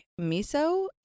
Miso